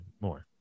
more